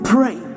Pray